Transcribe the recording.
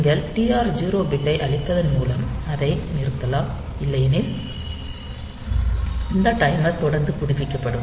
நீங்கள் TR0 பிட்டை அழிப்பதன் மூலம் அதை நிறுத்தலாம் இல்லையெனில் இந்த டைமர் தொடர்ந்து புதுப்பிக்கப்படும்